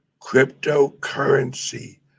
cryptocurrency